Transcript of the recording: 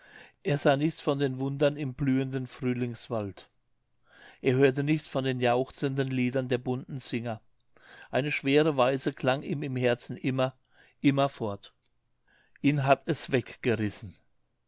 er sah nichts von den wundern im blühenden frühlingswald er hörte nichts von den jauchzenden liedern der bunten singer eine schwere weise klang ihm im herzen immer immerfort ihn hat es weggerissen